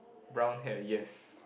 brown hair yes